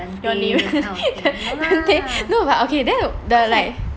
your name dante but no like then the like